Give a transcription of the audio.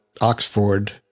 Oxford